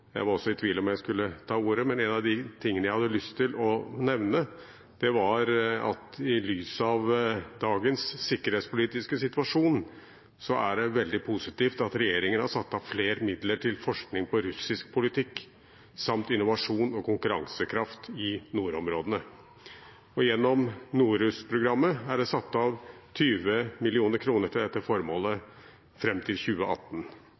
Jeg var også i tvil om jeg skulle ta ordet, men en av de tingene jeg hadde lyst til å nevne, var at i lys av dagens sikkerhetspolitiske situasjon er det veldig positivt at regjeringen har satt av flere midler til forskning på russisk politikk samt innovasjon og konkurransekraft i nordområdene. Gjennom NORRUSS-programmet er det satt av 20 mill. kr til dette formålet fram til 2018.